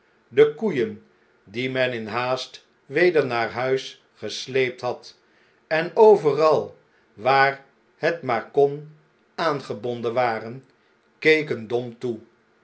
de koeien die men in haast weder naar huis gesleept had en overal waar het maar kon aangebonden waren keken dom toe